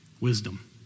wisdom